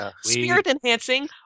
spirit-enhancing